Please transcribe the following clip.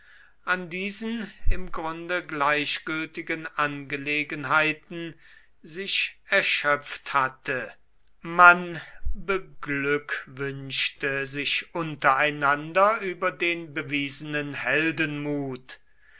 an diesen im grunde gleichgültigen angelegenheiten sich erschöpft hatte man beglückwünschte sich untereinander über den bewiesenen heldenmut